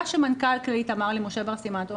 מה שמנכ"ל כללית אמר למשה בר סימן-טוב,